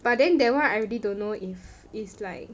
but then that one I really don't know if it's like